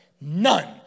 None